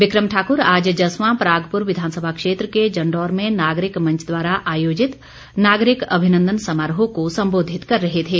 बिक्रम ठाक्र आज जसवां परागपुर विधानसभा क्षेत्र के जंडौर में नागरिक मंच द्वारा आयोजित नागरिक अभिनंदन समारोह को सम्बोधित कर रहे थे